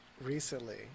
recently